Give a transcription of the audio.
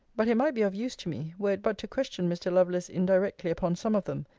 but it might be of use to me, were it but to question mr. lovelace indirectly upon some of them,